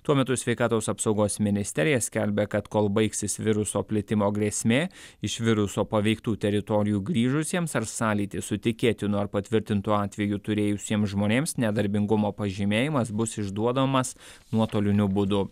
tuo metu sveikatos apsaugos ministerija skelbia kad kol baigsis viruso plitimo grėsmė iš viruso paveiktų teritorijų grįžusiems ar sąlytį su tikėtinu ar patvirtintu atveju turėjusiems žmonėms nedarbingumo pažymėjimas bus išduodamas nuotoliniu būdu